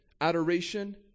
adoration